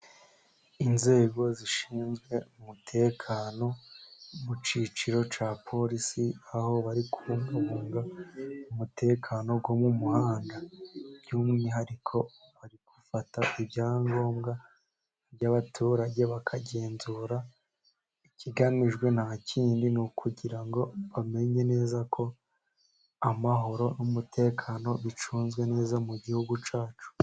Inzego zishinzwe umutekano mu cyiciro cya polisi, aho bari kubungabunga umutekano wo mu muhanda, by'umwihariko barifata ibyangombwa by'abaturage bakagenzura, ikigamijwe nta kindi ni ukugira ngo bamenye neza ko amahoro n'umutekano bicunzwe neza mu gihugu cyacu.